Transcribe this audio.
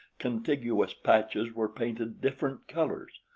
contiguous patches were painted different colors.